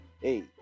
Hey